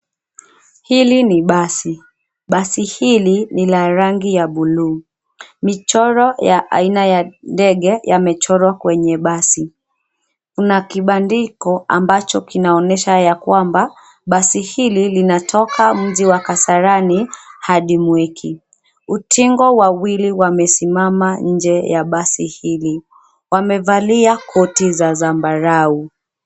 Hili ni basi. Basi hili ni la rangi ya buluu. Michoro ya aina ya ndege yamechorwa kwenye basi. Kuna kibandiko ambacho kinaonyesha ya kwamba basi hili linatoka mji wa Kasarani hadi Mwiki. Utingo wawili wamesimama nje ya basi hili, wamevalia koti za zambarau.